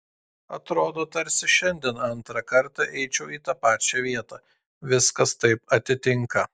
atrodo tarsi šiandien antrą kartą eičiau į tą pačią vietą viskas taip atitinka